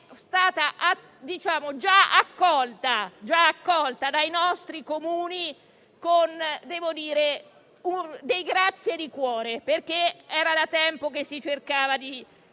stata già accolta dai nostri Comuni con dei ringraziamenti di cuore, perché era da tempo che si cercava di